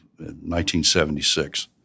1976